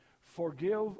forgive